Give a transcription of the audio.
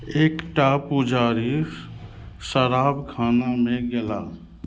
एकटा पुजारी शराबखानामे गेला